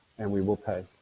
and we will pay.